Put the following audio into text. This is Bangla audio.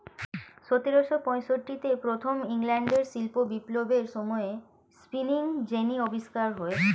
সতেরোশো পঁয়ষট্টিতে প্রথম ইংল্যান্ডের শিল্প বিপ্লবের সময়ে স্পিনিং জেনি আবিষ্কার হয়